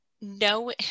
no